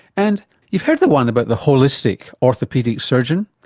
and you've heard the one about the holistic orthopaedic surgeon?